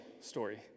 story